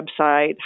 website